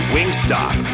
Wingstop